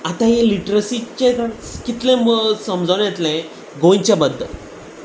आतां हे लिट्रसीचें ज कितलें समजोन येतलें गोंयच्या बद्दल